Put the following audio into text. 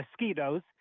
mosquitoes